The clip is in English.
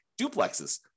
duplexes